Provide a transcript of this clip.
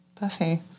Buffy